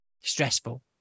stressful